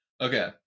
Okay